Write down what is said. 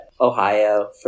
Ohio